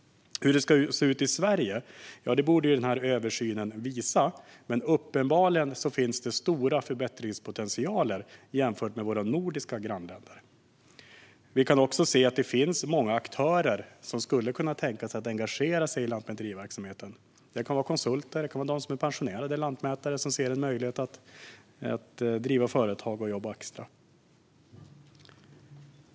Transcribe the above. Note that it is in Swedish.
Hur det ska se ut i Sverige borde översynen visa, men uppenbarligen finns det en stor förbättringspotential jämfört med våra nordiska grannländer. Det finns också många aktörer som skulle kunna tänka sig att engagera sig i lantmäteriverksamheten. Det kan vara konsulter eller pensionerade lantmätare som ser en möjlighet att driva företag och jobba extra.